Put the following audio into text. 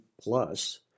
plus